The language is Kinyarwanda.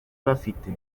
bafite